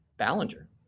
Ballinger